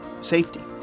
safety